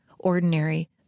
ordinary